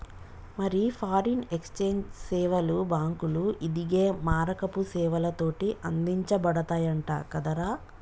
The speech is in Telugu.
మరి ఫారిన్ ఎక్సేంజ్ సేవలు బాంకులు, ఇదిగే మారకపు సేవలతోటి అందించబడతయంట కదరా